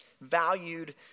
valued